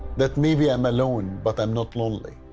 that maybe i am alone, but i'm not lonely.